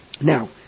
Now